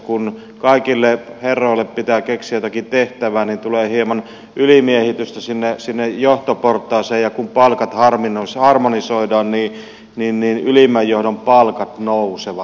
kun kaikille herroille pitää keksiä jotakin tehtävää niin tulee hieman ylimiehitystä sinne johtoportaaseen ja kun palkat harmonisoidaan niin ylimmän johdon palkat nousevat